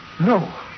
No